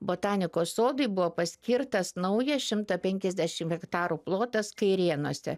botanikos sodui buvo paskirtas naujas šimto penkiasdešim hektarų plotas kairėnuose